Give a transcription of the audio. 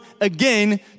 again